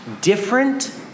Different